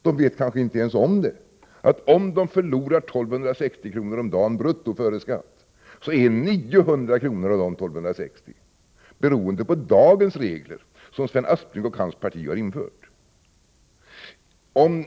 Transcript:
De vet kanske inte ens om att ifall de förlorar 1 260 kr. om dagen brutto före skatt, så är 900 kr. av dessa 1 260 kr. beroende på dagens regler, som Sven Aspling och hans parti har infört.